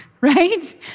right